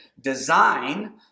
design